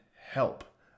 Help